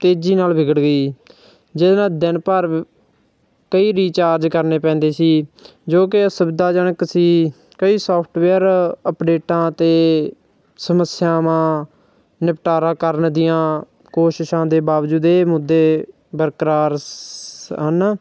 ਤੇਜ਼ੀ ਨਾਲ ਵਿਗੜ ਗਈ ਜਿਹਦੇ ਨਾਲ ਦਿਨ ਭਰ ਕਈ ਰੀਚਾਰਜ ਕਰਨੇ ਪੈਂਦੇ ਸੀ ਜੋ ਕਿ ਅਸੁਵਿਧਾਜਨਕ ਸੀ ਕਈ ਸੋਫਟਵੇਅਰ ਅਪਡੇਟਾਂ ਅਤੇ ਸਮੱਸਿਆਵਾਂ ਨਿਪਟਾਰਾ ਕਰਨ ਦੀਆਂ ਕੋਸ਼ਿਸ਼ਾਂ ਦੇ ਬਾਵਜੂਦ ਇਹ ਮੁੱਦੇ ਬਰਕਰਾਰ ਸ ਹਨ